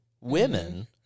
women